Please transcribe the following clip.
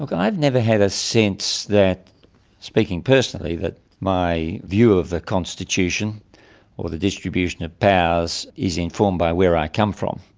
i've never had a sense that speaking personally that my view of the constitution or the distribution of powers is informed by where i come from.